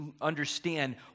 understand